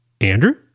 Andrew